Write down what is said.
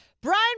Brian